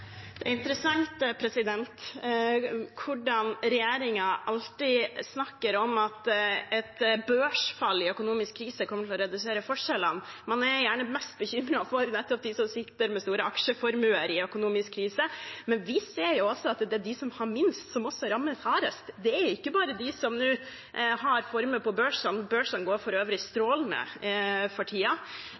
Det åpnes for oppfølgingsspørsmål – Kari Elisabeth Kaski. Det er interessant hvordan regjeringen alltid snakker om at et børsfall i økonomisk krise kommer til å redusere forskjellene. Man er gjerne mest bekymret for nettopp dem som sitter med store aksjeformuer, i en økonomisk krise. Men vi ser jo at det er de som har minst, som rammes hardest økonomisk, det er ikke bare de som nå har formue på børsen – børsen går for øvrig strålende for